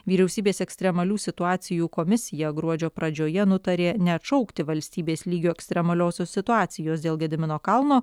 vyriausybės ekstremalių situacijų komisija gruodžio pradžioje nutarė neatšaukti valstybės lygio ekstremaliosios situacijos dėl gedimino kalno